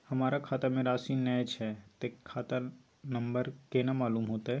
हमरा खाता में राशि ने छै ते खाता नंबर केना मालूम होते?